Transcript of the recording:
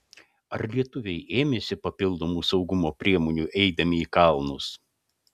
ar lietuviai ėmėsi papildomų saugumo priemonių eidami į kalnus